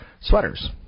sweaters